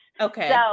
okay